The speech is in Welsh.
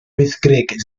wyddgrug